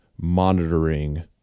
monitoring